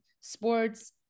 sports